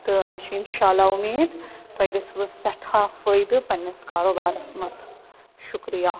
تہٕ مےٚ چھِ اِنشاء اللہ اُمیٖد تۄہہِ گژھوٕ سٮ۪ٹھاہ فٲیدٕ پنٛنِس کاروبارس منٛز شُکریہ